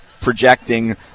projecting